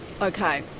Okay